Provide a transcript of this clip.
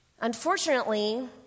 Unfortunately